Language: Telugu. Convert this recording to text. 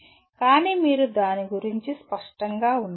కానీ మీరు దాని గురించి స్పష్టంగా ఉన్నారా